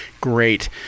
Great